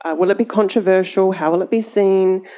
ah will it be controversial, how will it be seen,